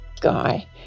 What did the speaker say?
guy